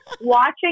watching